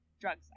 drugs